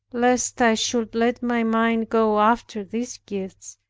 lest i should let my mind go after these gifts,